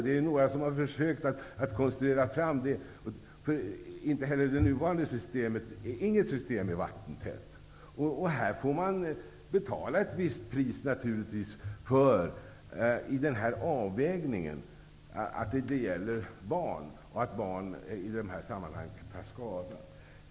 Det är några som har försökt att konstruera det. Inget system är vattentätt. Här får man naturligvis betala ett visst pris i avvägningen. Det gäller barn, och i de här sammanhangen kan barn ta skada.